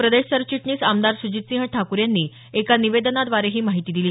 प्रदेश सरचिटणीस आमदार सुजितसिंह ठाकूर यांनी एका निवेदनाद्वारे ही माहिती दिली